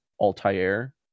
Altair